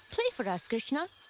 play for us, krishna. ah!